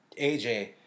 AJ